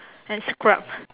and scrub